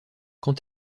quand